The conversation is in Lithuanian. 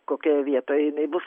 kokioje vietoje jinai bus